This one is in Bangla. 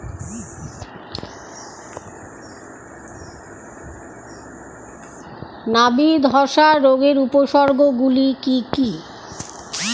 নাবি ধসা রোগের উপসর্গগুলি কি কি?